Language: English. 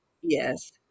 yes